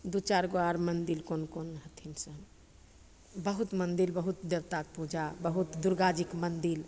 दुइ चारिगो आओर मन्दिर कोनो कोनो हथिन बहुत मन्दिर बहुत देवताके पूजा बहुत दुरगाजीके मन्दिर